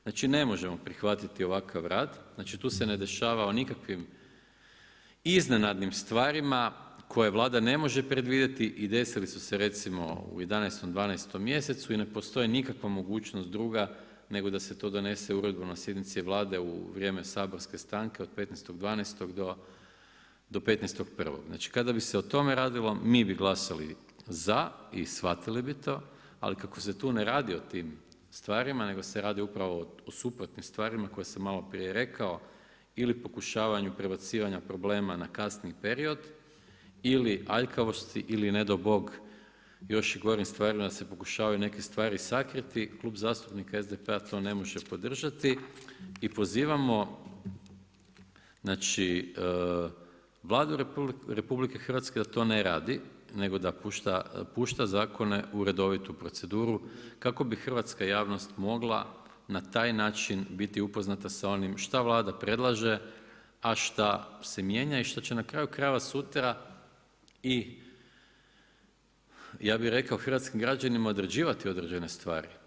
Znači ne možemo prihvatiti ovakav rad, znači tu se ne dešava o nikakvim iznenadnim stvarima koje Vlada ne može predvidjeti i desili su se recimo u 11., 12. mjesecu i ne postoji nikakva nikakva mogućnost druga nego da se to donese uredbom na sjednici Vlade u vrijeme saborske stanke od 15. 12. do 15. 1. Znači kada bi se o tome radilo, mi bi glasali za i shvatili bi to ali kako se tu ne radi o tim stvarima, nego se radi upravo o suprotnim stvarima koje sam maloprije rekao, ili pokušavanju prebacivanja problema na kasniji period ili aljkavosti ili ne dao Bog, još i gorim stvarima se pokušavaju neke stvari sakriti, Klub zastupnika SDP-a, to ne može podržati i pozivamo Vladu RH da to ne radi nego da pušta zakone u redovitu proceduru, kako bi Hrvatska javnost mogla na taj način biti upoznata sa onim šta Vlada predlaže a šta se mijenja i šta će na kraju krajeva sutra i ja bi rekao, hrvatskim građanima određivati određene stvari.